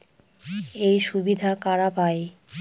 এই সুবিধা কারা পায়?